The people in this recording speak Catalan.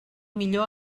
millor